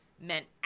meant